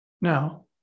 Now